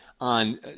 on